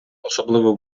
особливо